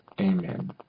Amen